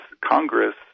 Congress